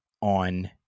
on